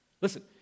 Listen